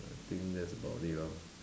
I think that's about it lor